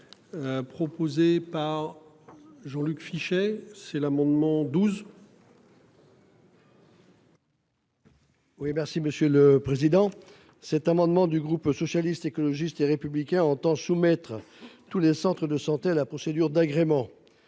c'est l'amendement 12.